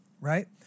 Right